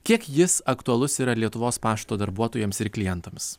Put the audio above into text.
kiek jis aktualus yra lietuvos pašto darbuotojams ir klientams